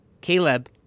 Caleb